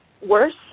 worse